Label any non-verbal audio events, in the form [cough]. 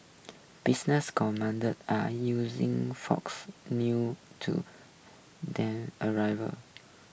business [unintelligible] are using fox new to them arrival